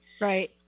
Right